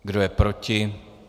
Kdo je proti?